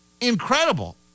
incredible